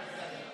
התשפ"ג 2023,